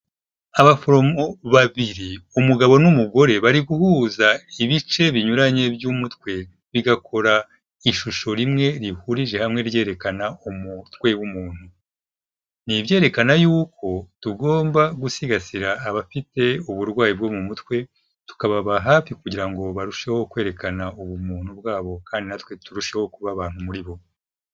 Abaforomo babiri, umugabo n'umu mugore bari guhuza ibice binyuranye by'umutwe, bigakora ishusho rimwe rihurije hamwe ryerekana umutwe w'umuntu, ni ibyerekana yuko tugomba gusigasira abafite uburwayi bwo mu mutwe, tukababa hafi kugira ngo barusheho kwerekana ubumuntu bwabo, kandi natwe turusheho kuba abantu muri bo.